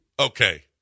Okay